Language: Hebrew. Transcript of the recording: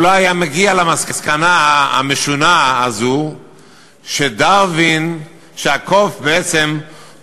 הוא לא היה מגיע למסקנה המשונה הזו שלו, שהקוף הוא